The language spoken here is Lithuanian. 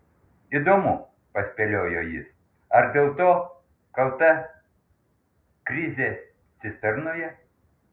įdomu paspėliojo jis ar dėl to kalta krizė cisternoje